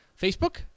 Facebook